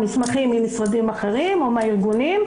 מסמכים ממשרדים אחרים או מהארגונים.